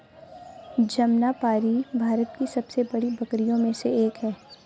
जमनापारी भारत की सबसे बड़ी बकरियों में से एक है